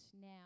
now